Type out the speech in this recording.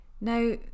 Now